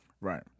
Right